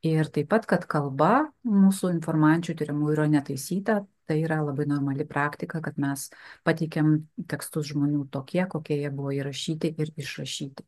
ir taip pat kad kalba mūsų informančių tyrimų yra netaisyta tai yra labai normali praktika kad mes pateikiam tekstus žmonių tokie kokie jie buvo įrašyti ir išrašyti